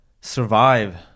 survive